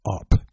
up